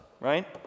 right